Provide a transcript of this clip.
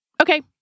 Okay